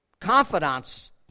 confidants